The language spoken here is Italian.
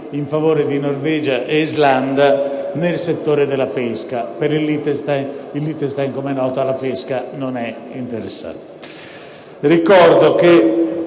in favore di Norvegia ed Islanda nel settore della pesca (il Liechtenstein, come è noto, alla pesca non è interessato).